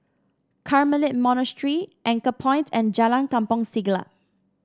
Carmelite Monastery Anchorpoint and Jalan Kampong Siglap